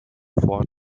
vor